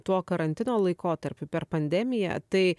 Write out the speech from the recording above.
tuo karantino laikotarpiu per pandemiją tai